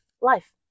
life